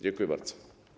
Dziękuję bardzo.